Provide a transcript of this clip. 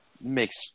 makes